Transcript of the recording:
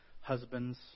husbands